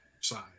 Side